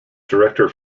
director